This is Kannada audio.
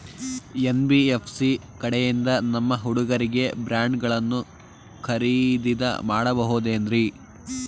ಎನ್.ಬಿ.ಎಫ್.ಸಿ ಕಡೆಯಿಂದ ನಮ್ಮ ಹುಡುಗರಿಗೆ ಬಾಂಡ್ ಗಳನ್ನು ಖರೀದಿದ ಮಾಡಬಹುದೇನ್ರಿ?